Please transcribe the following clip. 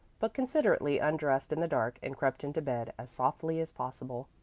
but considerately undressed in the dark and crept into bed as softly as possible.